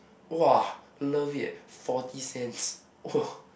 !wah! love it eh forty cents !wah!